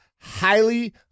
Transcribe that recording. highly